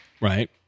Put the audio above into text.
Right